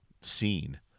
scene